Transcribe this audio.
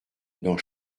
dans